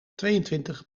tweeëntwintig